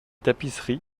tapisseries